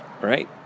right